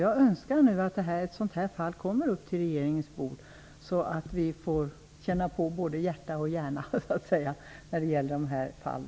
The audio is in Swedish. Jag önskar att ett fall av detta slag kommer upp på regeringens bord, så att vi får känna på både hjärta och hjärna när det gäller dessa fall.